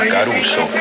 Caruso